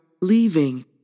leaving